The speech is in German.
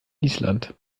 island